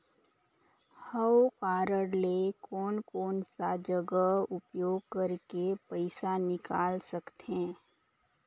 हव कारड ले कोन कोन सा जगह उपयोग करेके पइसा निकाल सकथे?